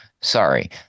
Sorry